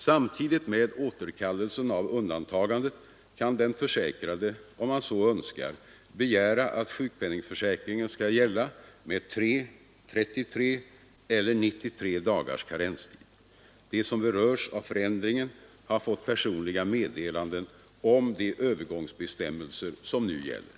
Samtidigt med återkallelsen av undantagandet kan den försäkrade om han så önskar begära att sjukpenningförsäkringen skall gälla med 3, 33 eller 93 dagars karenstid. De som berörs av förändringen har fått personliga meddelanden om de övergångsbestämmelser som nu gäller.